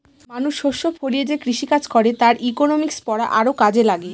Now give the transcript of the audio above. মানুষ শস্য ফলিয়ে যে কৃষিকাজ করে তার ইকনমিক্স পড়া আরও কাজে লাগে